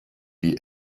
die